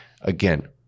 Again